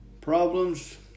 problems